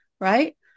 Right